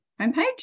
homepage